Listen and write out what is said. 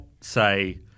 say